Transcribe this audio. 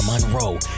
Monroe